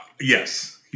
yes